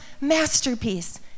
masterpiece